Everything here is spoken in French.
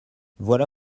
voilà